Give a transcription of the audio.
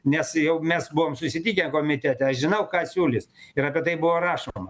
nes jau mes buvom susitikę komitete žinau ką siūlys ir apie tai buvo rašoma